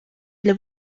для